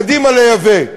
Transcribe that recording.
קדימה לייבא.